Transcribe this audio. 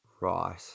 right